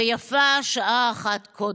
ויפה שעה אחת קודם.